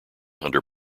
under